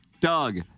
Doug